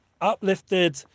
uplifted